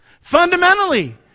Fundamentally